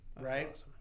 right